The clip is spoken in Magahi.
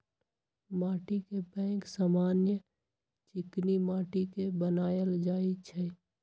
माटीके बैंक समान्य चीकनि माटि के बनायल जाइ छइ